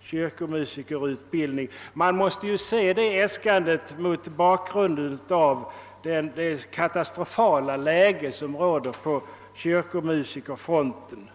kyrkomusikerutbildningen. Man måste se det äskandet mot bakgrunden av den katastrofala bristsituation som råder på kyrkomusikerfronten.